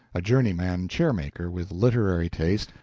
a journeyman chair-maker with literary taste,